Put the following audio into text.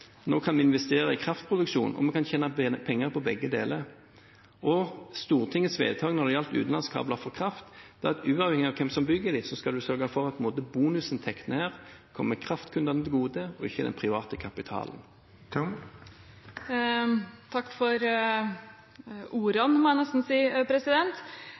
kraftproduksjon, og vi kan tjene penger på begge deler. Stortingets vedtak når det gjelder utenlandskabler for kraft, er at uavhengig av hvem som bygger dem, skal man sørge for at bonusinntektene kommer kraftkundene til gode, ikke den private kapitalen. Takk for ordene – må jeg nesten si.